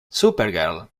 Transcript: supergirl